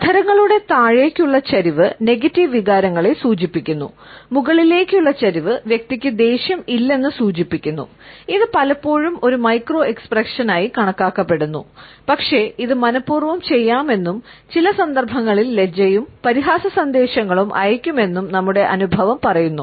അധരങ്ങളുടെ താഴേക്കുള്ള ചരിവ് നെഗറ്റീവ് കണക്കാക്കപ്പെടുന്നു പക്ഷേ ഇത് മനപൂർവ്വം ചെയ്യാമെന്നും ചില സന്ദർഭങ്ങളിൽ ലജ്ജയും പരിഹാസ സന്ദേശങ്ങളും അയയ്ക്കുമെന്നും നമ്മുടെ അനുഭവം പറയുന്നു